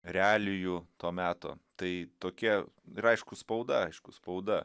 realijų to meto tai tokia ir aišku spauda aišku spauda